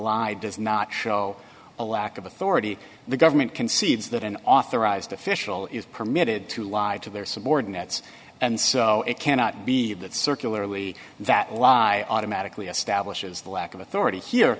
law does not show a lack of authority the government concedes that an authorized official is permitted to lie to their subordinates and so it cannot be that circularly that lie automatically a stablish is the lack of authority here